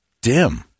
dim